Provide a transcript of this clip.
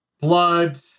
Blood